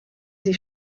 sie